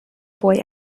boy